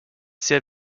sehr